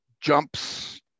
jumps